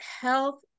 health